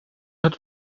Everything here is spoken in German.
hat